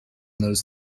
those